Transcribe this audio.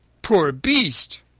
poor beast!